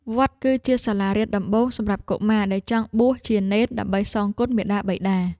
វត្តគឺជាសាលារៀនដំបូងសម្រាប់កុមារដែលចង់បួសជានេនដើម្បីសងគុណមាតាបិតា។